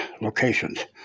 locations